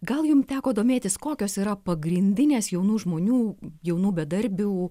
gal jum teko domėtis kokios yra pagrindinės jaunų žmonių jaunų bedarbių